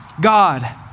God